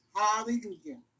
Hallelujah